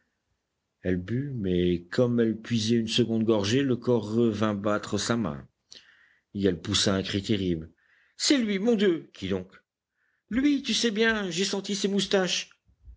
elle but mais comme elle puisait une seconde gorgée le corps revint battre sa main et elle poussa un cri terrible c'est lui mon dieu qui donc lui tu sais bien j'ai senti ses moustaches